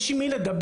יש עם מי לדבר.